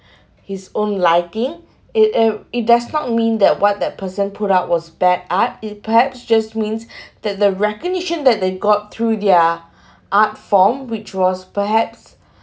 his own liking it an~ it does not mean that what that person put out was bad art it perhaps just means that the recognition that they've got through their art form which was perhaps